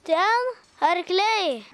ten arkliai